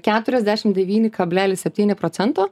keturiasdešim devyni kablelis septyni procento